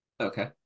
Okay